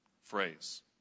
phrase